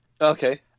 Okay